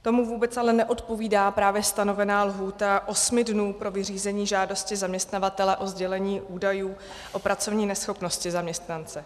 Tomu vůbec ale neodpovídá právě stanovená lhůta osmi dnů pro vyřízení žádosti zaměstnavatele o sdělení údajů o pracovní neschopnosti zaměstnance.